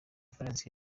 valens